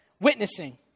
witnessing